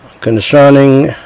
Concerning